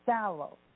sallow